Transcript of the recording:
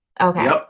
Okay